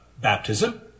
baptism